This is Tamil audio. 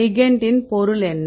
லிகெெண்டின் பொருள் என்ன